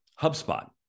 HubSpot